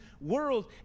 world